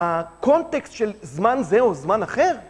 הקונטקסט של זמן זה או זמן אחר